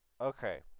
Okay